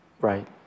Right